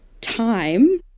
time